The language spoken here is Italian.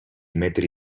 metri